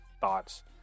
thoughts